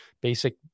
basic